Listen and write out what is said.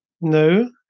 No